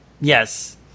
Yes